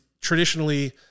traditionally